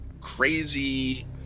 crazy